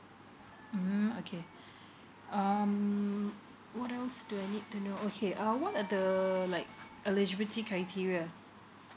mm okay um what else do I need to know okay uh what are the err like eligibility criteria